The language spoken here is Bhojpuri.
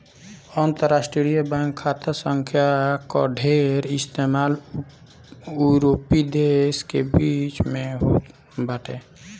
अंतरराष्ट्रीय बैंक खाता संख्या कअ ढेर इस्तेमाल यूरोपीय देस के बीच में होत बाटे